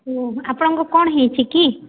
ଓହୋ ଆପଣଙ୍କୁ କ'ଣ ହୋଇଛି କି